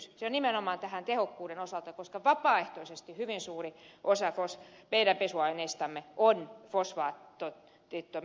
se on nimenomaan tämän tehokkuuden osalta koska vapaaehtoispohjaltakin hyvin suuri osa meidän pesuaineistamme on fosfaatittomia